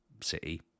city